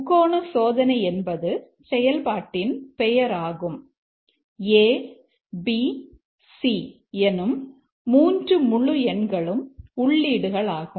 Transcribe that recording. முக்கோணசோதனை என்பது செயல்பாட்டின் பெயர் ஆகும் abc எனும் 3 முழு எண்களும் உள்ளீடுகள் ஆகும்